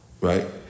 right